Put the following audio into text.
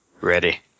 ready